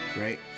right